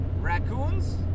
Raccoons